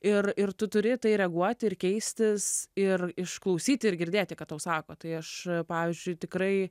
ir ir tu turi į tai reaguoti ir keistis ir išklausyti ir girdėti ką tau sako tai aš pavyzdžiui tikrai